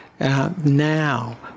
Now